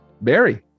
Barry